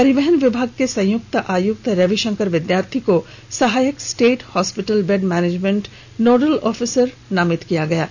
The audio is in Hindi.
परिवहन विभाग के संयुक्त आयुक्त रविशंकर विद्यार्थी को सहायक state hospital bed management nodal officer नामित किया है